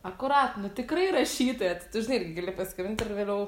akurat nu tikrai rašytoja tai tu žinai irgi gali pasikabint ir vėliau